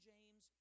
James